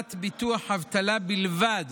החלת ביטוח אבטלה בלבד